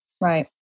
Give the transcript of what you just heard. Right